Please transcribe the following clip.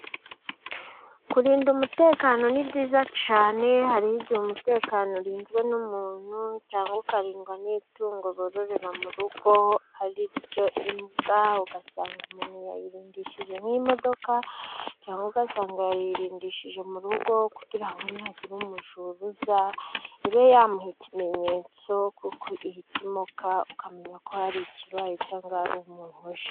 Kurinda umutekano ni byiza cyane. Hari igihe umutekano urinzwe n'umuntu cyangwa ukarindwa n'itungo bororera mu rugo ari ryo imbwa. Ugasanga umuntu yayirindishije nk'imodoka yahoga asanga yayirindishije mu rugo kugira ngo nihagira umujura uza, ibe yamuha ikimenyetso kuko ihita imoka, ukamenya ko hari ikibaye cyangwa ari umuntu uje.